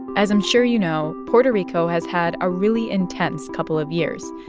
as i'm sure you know, puerto rico has had a really intense couple of years.